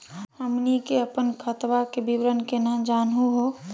हमनी के अपन खतवा के विवरण केना जानहु हो?